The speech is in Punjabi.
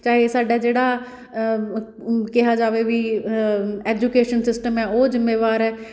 ਚਾਹੇ ਸਾਡਾ ਜਿਹੜਾ ਕਿਹਾ ਜਾਵੇ ਵੀ ਐਜੂਕੇਸ਼ਨ ਸਿਸਟਮ ਹੈ ਉਹ ਜ਼ਿੰਮੇਵਾਰ ਹੈ